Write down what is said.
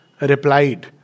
replied